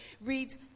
reads